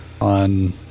on